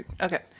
Okay